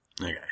Okay